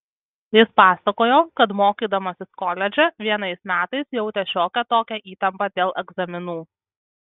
jis pasakojo kad mokydamasis koledže vienais metais jautė šiokią tokią įtampą dėl egzaminų